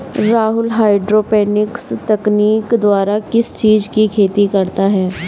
Rahul hydroponics तकनीक द्वारा किस चीज की खेती करता है?